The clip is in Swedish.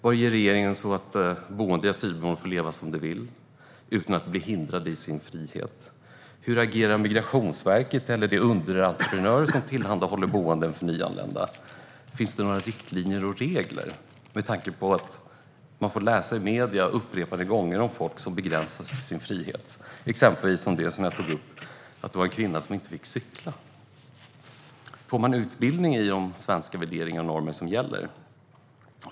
Vad gör regeringen för att boende på asylboenden ska få leva som de vill utan att bli hindrade i sin frihet? Hur agerar Migrationsverket och de underentreprenörer som tillhandahåller boenden för nyanlända? Finns det några riktlinjer och regler med tanke på det man upprepade gånger får läsa i medierna om folk som begränsas i sin frihet, exempelvis det jag tog upp, att det var en kvinna som inte fick cykla? Får man utbildning i de svenska värderingar och normer som gäller?